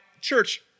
church